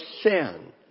sin